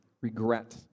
regret